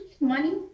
money